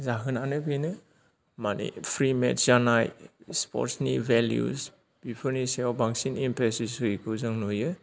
जाहोनानो बेनो माने फ्रि मेट्स जानाय स्पर्टसनि भेलुइस बिफोरनि सायाव बांसिन इनटारेस्ट होयिखौ जों नुयो